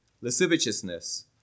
lasciviousness